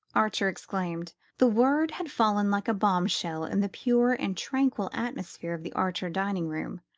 archer exclaimed. the word had fallen like a bombshell in the pure and tranquil atmosphere of the archer dining-room.